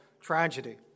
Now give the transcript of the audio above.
tragedy